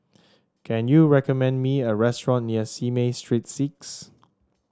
can you recommend me a restaurant near Simei Street Six